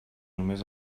només